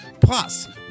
Plus